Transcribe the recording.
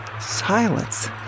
silence